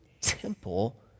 temple